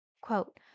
Quote